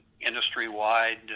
industry-wide